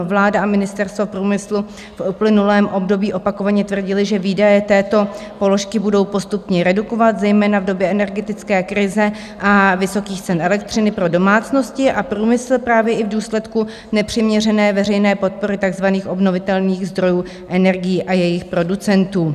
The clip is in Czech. Vláda a Ministerstvo průmyslu v plynulém období opakovaně tvrdily, že výdaje této položky budou postupně redukovat, zejména v době energetické krize a vysokých cen elektřiny pro domácnosti a průmysl právě i v důsledku nepřiměřené veřejné podpory takzvaných obnovitelných zdrojů energií a jejich producentů.